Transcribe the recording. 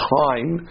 time